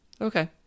Okay